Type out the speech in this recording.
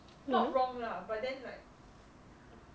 mm